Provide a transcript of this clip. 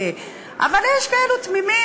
אבל יש כאלה תמימים,